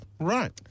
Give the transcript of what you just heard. Right